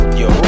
yo